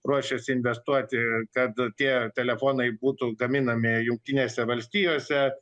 ruošiasi investuoti kad tie telefonai būtų gaminami jungtinėse valstijose